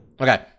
Okay